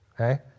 okay